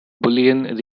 boolean